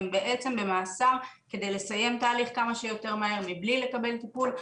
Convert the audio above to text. והם בעצם במאסר כדי לסיים תהליך כמה שיותר מהר מבלי לקבל טיפול.